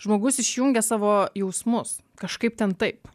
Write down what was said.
žmogus išjungia savo jausmus kažkaip ten taip